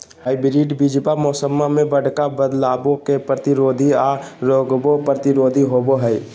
hybrid बीजावा मौसम्मा मे बडका बदलाबो के प्रतिरोधी आ रोगबो प्रतिरोधी होबो हई